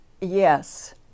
Yes